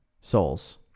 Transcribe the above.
Souls